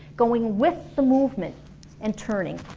going with the movement and turning